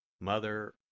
Mother